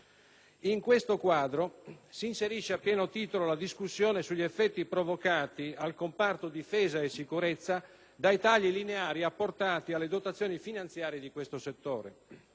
In questo quadro si inserisce, a pieno titolo, la discussione sugli effetti provocati al comparto difesa e sicurezza dai tagli lineari apportati alle dotazioni finanziarie di questo settore.